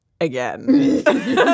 again